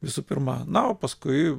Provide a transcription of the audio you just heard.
visų pirma na o paskui